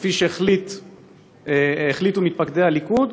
כפי שהחליטו מתפקדי הליכוד,